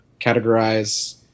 categorize